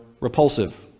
repulsive